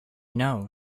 know